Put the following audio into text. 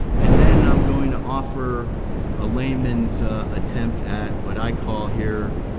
and then i'm going to offer a layman's attempt at what i call here,